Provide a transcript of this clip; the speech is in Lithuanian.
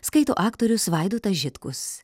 skaito aktorius vaidotas žitkus